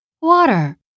Water